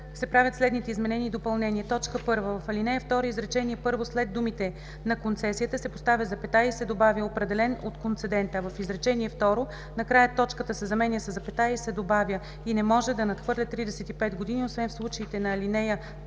се правят следните изменения и допълнения: 1. В ал. 2 изречение първо след думите „на концесията“ се поставя запетая и се добавя „определен от концедента,“, а в изречение второ накрая точката се заменя със запетая и се добавя: „и не може да надхвърля 35 години, освен в случаите на ал. 3,